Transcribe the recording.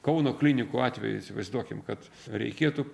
kauno klinikų atvejį įsivaizduokim kad reikėtų